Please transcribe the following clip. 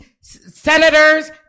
senators